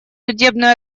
судебную